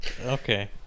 Okay